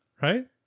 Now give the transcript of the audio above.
Right